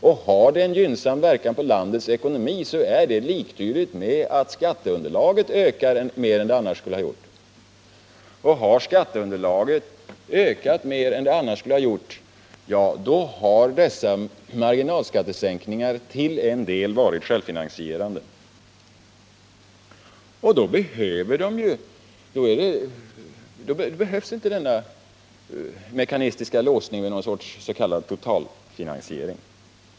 Och har det en gynnsam verkan på landets ekonomi, så är detta liktydigt med att skatteunderlaget ökar mer än det annars skulle ha gjort. Och har skatteunderlaget ökat mer än det annars skulle ha gjort, ja, då har dessa marginalskattesänkningar till en del varit självfinansierande. Då behövs inte denna mekanistiska låsning med någon sorts totalfinansiering.